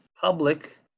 public